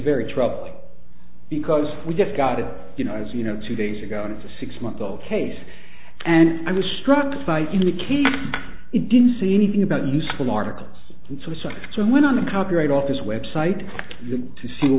very troubling because we just got it you know as you know two days ago on a six month old case and i was struck by in the case it didn't say anything about useful articles and suicide so i went on the copyright office website to see what